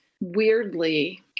weirdly